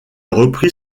reprit